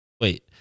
Wait